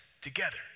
together